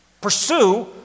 Pursue